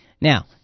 Now